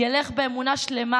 ילך באמונה שלמה,